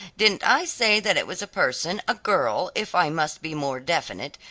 didn't i say that it was a person, a girl, if i must be more definite,